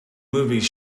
movies